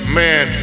man